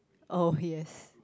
oh yes